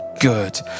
good